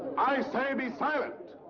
i say be silent!